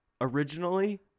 originally